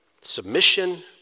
submission